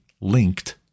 linked